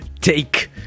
Take